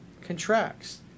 contracts